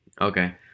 Okay